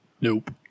Nope